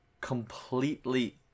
completely